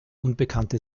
unbekannte